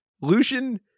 lucian